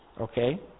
Okay